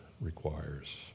requires